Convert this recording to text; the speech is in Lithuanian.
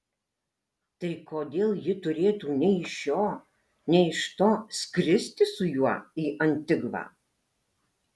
tai kodėl ji turėtų nei iš šio nei iš to skristi su juo į antigvą